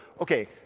okay